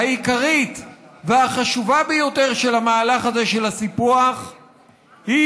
העיקרית והחשובה ביותר של המהלך הזה של הסיפוח היא